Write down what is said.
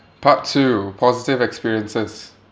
part two positive experiences